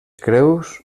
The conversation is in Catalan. creus